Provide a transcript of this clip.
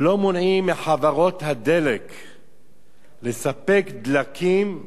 לא מונעים מחברות הדלק לספק דלקים,